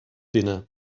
dinner